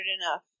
enough